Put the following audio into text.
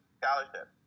scholarship